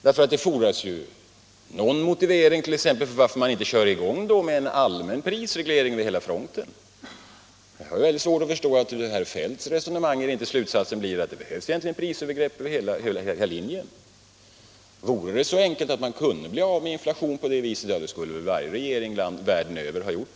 Det fordras annars någon form av motivering till varför man inte t.ex. sätter in en allmän prisreglering över hela linjen. Jag har mycket svårt att förstå att slutsatsen av herr Feldts resonemang inte skulle bli att det egentligen behövs den typen av prisingrepp. Men om det vore så enkelt att man kunde bli av med inflationen på det viset, skulle varje regering världen över redan ha vidtagit sådana åtgärder.